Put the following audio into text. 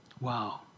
Wow